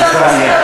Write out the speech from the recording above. בבקשה.